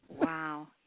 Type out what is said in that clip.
Wow